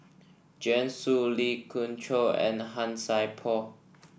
Joanne Soo Lee Khoon Choy and Han Sai Por